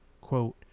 quote